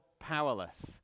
powerless